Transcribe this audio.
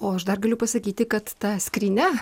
o aš dar galiu pasakyti kad ta skrynia